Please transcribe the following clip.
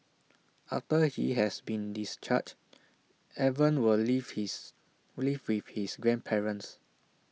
after he has been discharged Evan will live his live with his grandparents